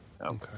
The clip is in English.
Okay